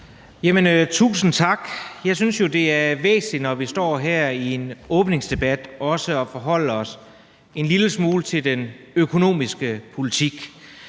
Tusind tak. Jeg synes jo, det er væsentligt, at vi, når vi står her ved en åbningsdebat, også forholder os en lille smule til den økonomiske politik.